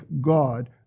God